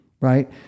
right